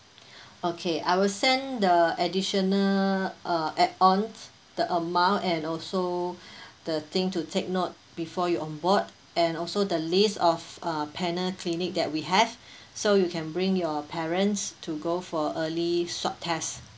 okay I will send the additional uh add-ons the amount and also the thing to take note before you on board and also the list of uh panel clinic that we have so you can bring your parents to go for early swab test